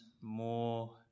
more